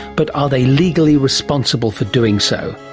but are they legally responsible for doing so?